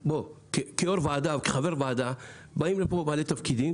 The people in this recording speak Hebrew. כיו"ר ועדה וכחבר ועדה, באים לפה בעלי תפקידים